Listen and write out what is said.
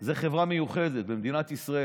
היא חברה מיוחדת במדינת ישראל.